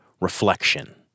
reflection